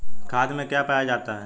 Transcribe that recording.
खाद में क्या पाया जाता है?